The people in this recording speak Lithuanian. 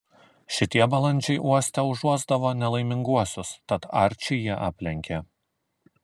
šitie balandžiai uoste užuosdavo nelaiminguosius tad arčį jie aplenkė